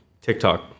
TikTok